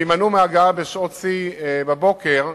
ויימנעו מהגעה בשעות השיא בבוקר,